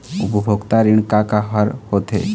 उपभोक्ता ऋण का का हर होथे?